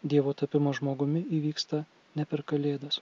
dievo tapimas žmogumi įvyksta ne per kalėdas